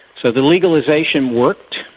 so the legalisation worked,